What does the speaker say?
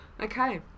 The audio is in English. Okay